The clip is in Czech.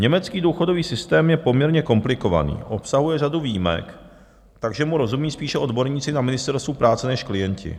Německý důchodový systém je poměrně komplikovaný, obsahuje řadu výjimek, takže mu rozumí spíše odborníci na ministerstvu práce než klienti.